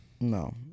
No